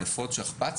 עד (5),